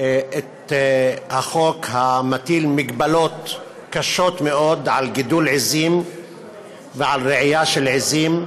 את החוק המטיל מגבלות קשות מאוד על גידול עיזים ועל רעייה של עיזים.